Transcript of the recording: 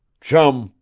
chum!